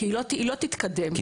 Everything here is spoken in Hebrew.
הרי היא לא תתקדם,